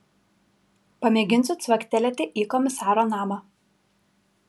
pamėginsiu cvaktelėti į komisaro namą